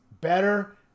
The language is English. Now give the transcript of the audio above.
better